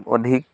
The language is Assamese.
অধিক